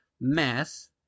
mass